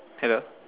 hello